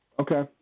Okay